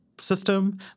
system